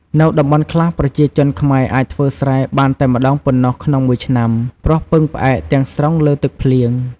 នៅតំបន់ខ្លះ ប្រជាជនខ្មែរអាចធ្វើស្រែបានតែម្ដងប៉ុណ្ណោះក្នុងមួយឆ្នាំ ព្រោះពឹងផ្អែកទាំងស្រុងលើទឹកភ្លៀង។